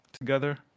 together